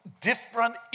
different